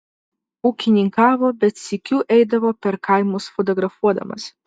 ūkininkavo bet sykiu eidavo per kaimus fotografuodamas